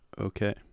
Okay